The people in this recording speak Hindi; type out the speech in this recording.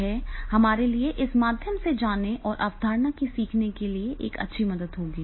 यह हमारे लिए इस माध्यम से जाने और अवधारणा को सीखने के लिए एक अच्छी मदद होगी